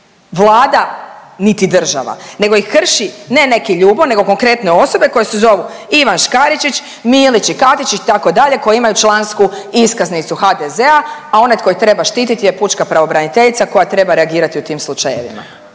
Vlada niti država, nego ih krši ne neki Ljubo nego konkretne osobe koje se zovu Ivan Škaričić, Milić i Katičić itd., koje imaju člansku iskaznicu HDZ-a, a onaj tko ih treba štititi je pučka pravobraniteljica koja treba reagirati u tim slučajevima.